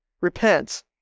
repent